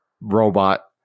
robot